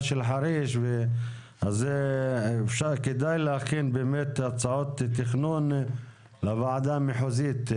של חריש כדאי להכין הצעות תכנון לוועדה המחוזית.